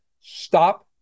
Stop